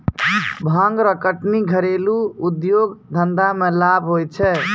भांग रो कटनी घरेलू उद्यौग धंधा मे लाभ होलै